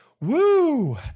Woo